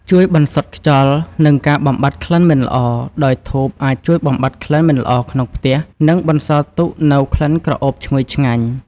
ជួយបន្សុទ្ធខ្យល់ និងការបំបាត់ក្លិនមិនល្អដោយ ធូបអាចជួយបំបាត់ក្លិនមិនល្អក្នុងផ្ទះ និងបន្សល់ទុកនូវក្លិនក្រអូបឈ្ងុយឆ្ងាញ់។